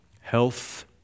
health